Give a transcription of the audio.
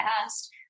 past